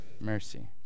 mercy